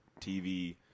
TV